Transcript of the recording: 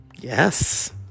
Yes